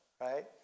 right